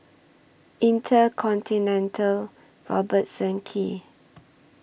InterContinental Robertson Quay